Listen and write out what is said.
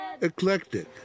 eclectic